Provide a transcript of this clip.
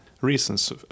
reasons